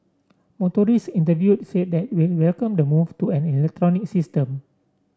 motorists interviewed said welcome the move to an electronic system